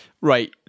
right